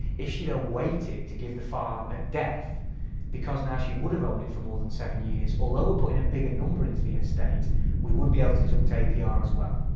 if she had ah waited to give the farm at death because now she would have owned it for more than seven years, although we're putting a bigger number into the estate we would be able to deduct apr as well.